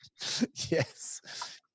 Yes